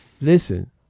listen